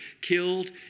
killed